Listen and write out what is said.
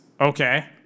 okay